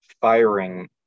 firing